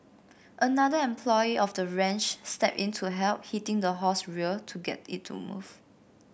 another employee of the ranch stepped in to help hitting the horse rear to get it to move